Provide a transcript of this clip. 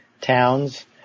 towns